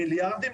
מיליארדים,